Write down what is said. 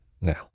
Now